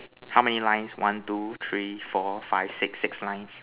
how many lines one two three four five six six lines